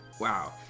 Wow